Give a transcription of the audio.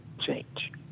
change